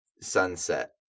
Sunset